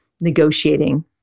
negotiating